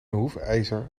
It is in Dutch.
hoefijzer